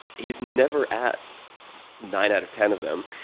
he's never at nine out of ten of them.